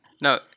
No